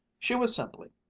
she was simply,